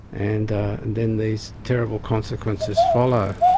and then these terrible consequences follow.